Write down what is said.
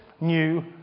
new